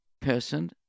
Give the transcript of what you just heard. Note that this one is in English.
person